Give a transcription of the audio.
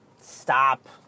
stop